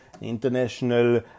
international